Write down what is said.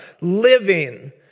living